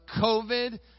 COVID